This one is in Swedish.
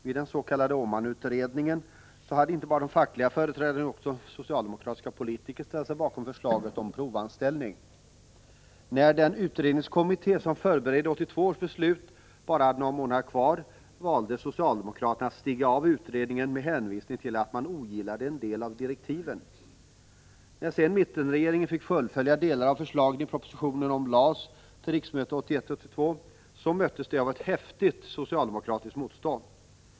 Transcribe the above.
Vid den s.k. Åmanutredningen hade inte bara de fackliga företrädarna utan också socialdemokratiska politiker ställt sig bakom förslaget om provanställning. När den utredningskommitté som förberedde 1982 års beslut bara hade några månader kvar, valde socialdemokraterna att stiga av utredningen med hänvisning till att man ogillade en del av direktiven. När sedan mittenregeringen fick fullfölja delar av förslagen i propositionen om LASS till riksmötet 1981/82 möttes denna av ett häftigt socialdemokratiskt motstånd.